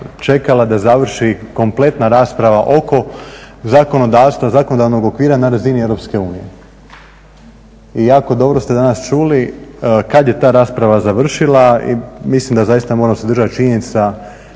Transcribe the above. čekala da završi kompletna rasprava oko zakonodavstva, zakonodavnog okvira na razini EU. I jako dobro ste danas čuli kad je ta rasprava završili i mislim da zaista moram se držati činjenica